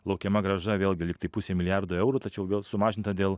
laukiama grąža vėlgi lygtai pusė milijardo eurų tačiau vėl sumažinta dėl